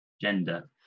gender